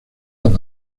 las